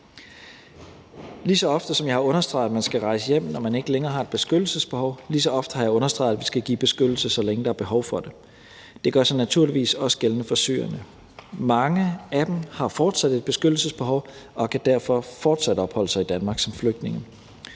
Lige så ofte som jeg har understreget, at man skal rejse hjem, når man ikke længere har et beskyttelsesbehov, lige så ofte har jeg understreget, at vi skal give beskyttelse, så længe der er behov for det. Det gør sig naturligvis også gældende for syrerne. Mange af dem har fortsat et beskyttelsesbehov og kan derfor fortsat opholde sig i Danmark som flygtninge.